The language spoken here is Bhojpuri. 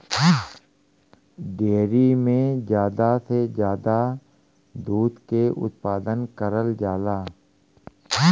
डेयरी में जादा से जादा दुधे के उत्पादन करल जाला